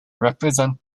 represent